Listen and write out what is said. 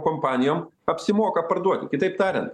kompanijom apsimoka parduoti kitaip tariant